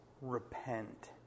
Repent